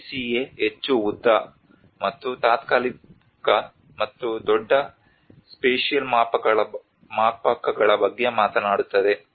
CCA ಹೆಚ್ಚು ಉದ್ದ ಮತ್ತು ತಾತ್ಕಾಲಿಕ ಮತ್ತು ದೊಡ್ಡ ಸ್ಪೇಷಿಯಲ್ ಮಾಪಕಗಳ ಬಗ್ಗೆ ಮಾತನಾಡುತ್ತದೆ